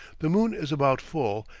the moon is about full,